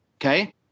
Okay